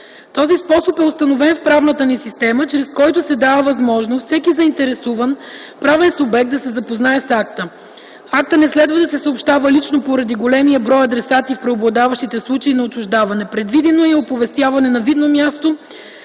Този способ е установен в правната ни система, чрез който се дава възможност всеки заинтересован правен субект да се запознае с акта. Актът не следва да се съобщава лично поради големия брой адресати в преобладаващите случаи на отчуждаване. Предвидено е и оповестяване на видно място